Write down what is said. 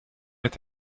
est